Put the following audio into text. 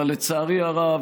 אבל לצערי הרב,